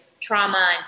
trauma